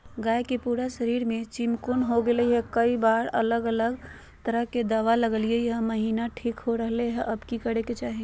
गाय के पूरा शरीर में चिमोकन हो गेलै है, कई बार अलग अलग तरह के दवा ल्गैलिए है महिना ठीक हो रहले है, अब की करे के चाही?